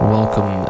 Welcome